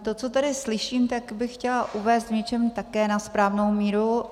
To, co tady slyším, tak bych chtěla uvést v něčem také na správnou míru.